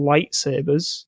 Lightsabers